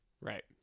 Right